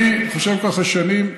אני חושב ככה שנים.